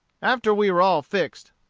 after we were all fixed,